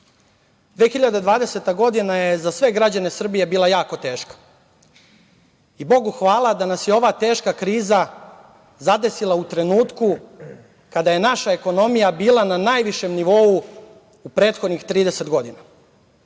2020. godina je za sve građane Srbije bila jako teška i Bogu hvala da nas je ova teška kriza zadesila u trenutku kada je naša ekonomija bila na najvišem nivou u prethodnih 30 godina.